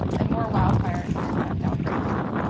and more wildfires and insect outbreaks.